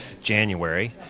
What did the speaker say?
January